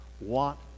want